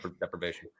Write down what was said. deprivation